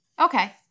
Okay